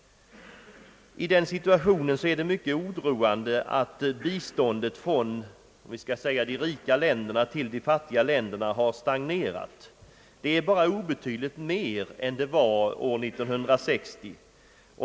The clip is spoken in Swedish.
I denna situation är det mycket oroande att biståndet från de rika länderna till de fattiga länderna har stagnerat. Det är bara obetydligt mer än det var omkring år 1960.